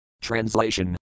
translation